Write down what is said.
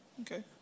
okay